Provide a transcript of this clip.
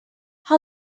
how